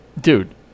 Dude